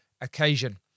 occasion